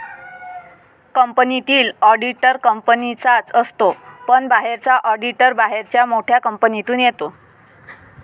कंपनीतील ऑडिटर कंपनीचाच असतो पण बाहेरचा ऑडिटर बाहेरच्या मोठ्या कंपनीतून येतो